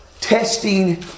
Testing